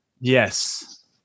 yes